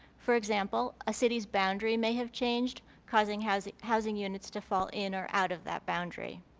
for example, a city's boundary may have changed causing housing housing units to fall in or out of that boundary.